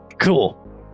Cool